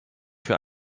für